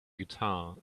guitar